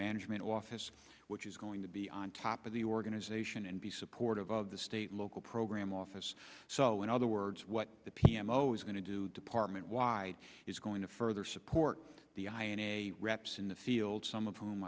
management office which is going to be on top of the organization and be supportive of the state local program office so in other words what the p m o is going to do department wide is going to further support the reps in the field some of whom